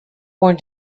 born